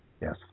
Yes